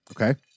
okay